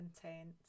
content